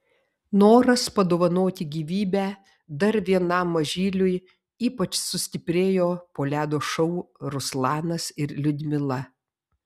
noras padovanoti gyvybę dar vienam mažyliui ypač sustiprėjo po ledo šou ruslanas ir liudmila